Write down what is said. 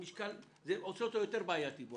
זה עושה אותו יותר בעייתי.